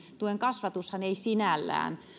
kasvatushan ei sinällään